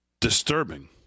Disturbing